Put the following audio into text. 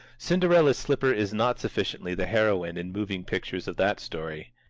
cinderella's slipper is not sufficiently the heroine in moving pictures of that story.